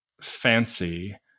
fancy